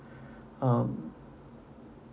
um